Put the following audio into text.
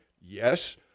yes